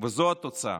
וזו התוצאה.